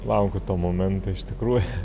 laukiu to momento iš tikrųjų